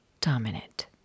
dominant